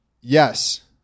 Yes